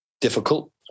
difficult